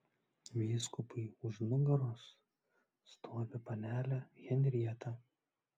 vyskupui už nugaros stovi panelė henrieta